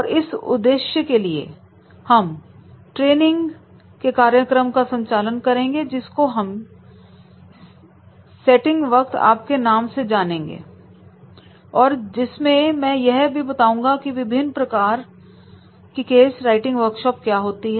और इस उद्देश्य के लिए हम ट्रेनिंग के कार्यक्रम का संचालन करेंगे जिसमें मैं यह भी बताऊंगा कि विभिन्न प्रकार की केस राइटिंग वर्कशॉप क्या होती हैं